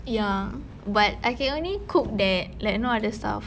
ya but I can only cook that like no other stuff